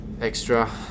extra